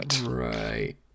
right